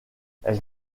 elle